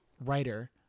writer